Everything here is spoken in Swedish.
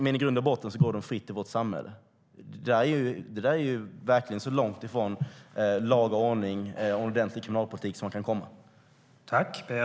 Men i grund och botten går dessa människor fritt omkring i vårt samhälle. Den kriminalpolitiken är ju så långt ifrån lag och ordning och ordentlig kriminalpolitik som man kan komma.